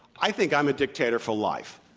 i think i'm a dictator for life.